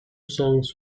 songs